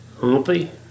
Humpy